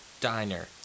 diner